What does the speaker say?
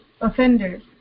offenders